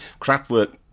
Kraftwerk